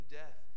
death